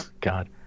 God